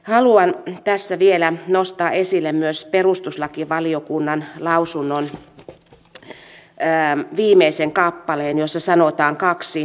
haluan tässä vielä nostaa esille myös perustuslakivaliokunnan lausunnon viimeisen kappaleen jossa sanotaan kaksi perustavanlaatuista asiaa